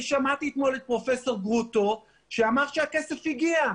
אני שמעתי אתמול את פרופ' גרוטו שאמר שהכסף הגיע,